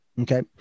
Okay